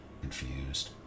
confused